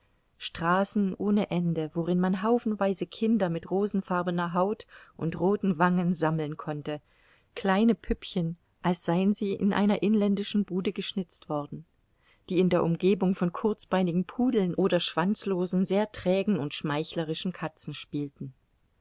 straßen ohne ende worin man haufenweise kinder mit rosenfarbener haut und rothen wangen sammeln konnte kleine püppchen als seien sie in einer inländischen bude geschnitzt worden die in der umgebung von kurzbeinigen pudeln oder schwanzlosen sehr trägen und schmeichlerischen katzen spielten